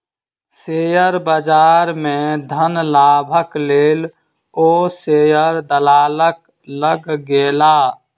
share बजार में धन लाभक लेल ओ शेयर दलालक लग गेला